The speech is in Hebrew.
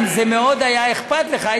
אם זה היה אכפת לך מאוד,